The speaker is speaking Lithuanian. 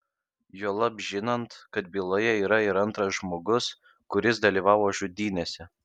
juolab žinant kad byloje yra ir antras žmogus kuris dalyvavo žudynėse